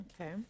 Okay